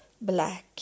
black